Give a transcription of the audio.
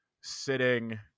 sitting